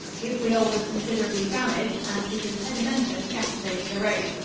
his wheel was considerably damaged and his impedimenta scattered over the road.